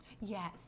yes